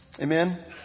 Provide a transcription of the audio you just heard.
Amen